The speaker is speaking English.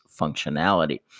functionality